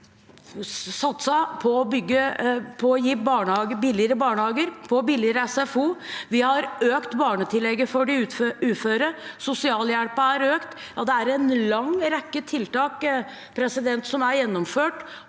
Vi har satset på å gi billigere barnehager og billigere SFO, vi har økt barnetillegget for de uføre, og sosialhjelpen er økt. Det er en lang rekke tiltak som er gjennomført.